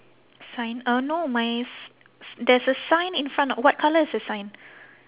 sign uh no my s~ s~ there's a sign in front what colour is the sign